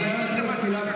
בבקשה.